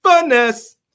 Finesse